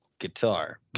guitar